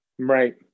Right